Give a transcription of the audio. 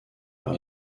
par